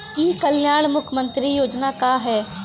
ई कल्याण मुख्य्मंत्री योजना का है?